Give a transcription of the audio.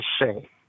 say